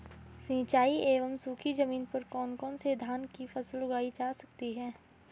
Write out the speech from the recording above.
सिंचाई एवं सूखी जमीन पर कौन कौन से धान की फसल उगाई जा सकती है?